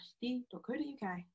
d.co.uk